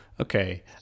Okay